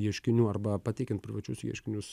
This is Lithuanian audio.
ieškinių arba pateikiant privačius ieškinius